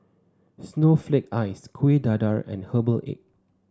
Snowflake Ice Kueh Dadar and Herbal Egg